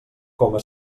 coma